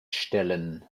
stellen